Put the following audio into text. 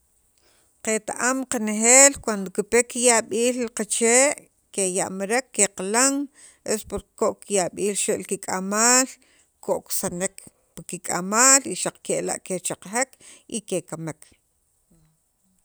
qet- am qanejeel cuando kipe kiya'b'iil li qachee' keyamrek qaqilan es porque ko'k yab'iil chi xe' kik'amal ko'k sanek pi kik'amaal kechaqajek y kekamek.